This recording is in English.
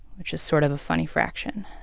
which is sort of a funny fraction.